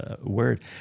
word